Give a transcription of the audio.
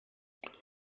though